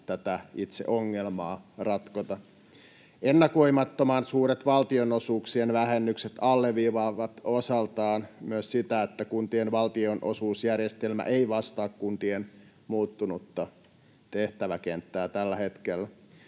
tätä itse ongelmaa ratkota. Ennakoimattoman suuret valtionosuuksien vähennykset alleviivaavat osaltaan myös sitä, että kuntien valtionosuusjärjestelmä ei vastaa kuntien muuttunutta tehtäväkenttää tällä hetkellä.